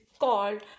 called